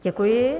Děkuji.